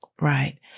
right